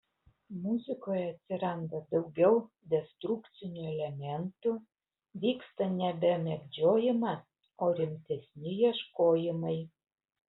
muzikoje atsiranda daugiau destrukcinių elementų vyksta nebe mėgdžiojimas o rimtesni ieškojimai